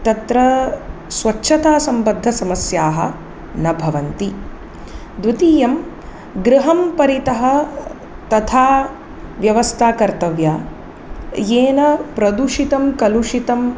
तत्र स्वच्छतासम्बद्धसमस्याः न भवन्ति द्वितीयं गृहं परितः तथा व्यवस्था कर्तव्या येन प्रदूषितं कलुषितं